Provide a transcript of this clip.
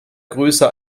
größer